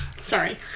sorry